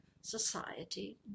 Society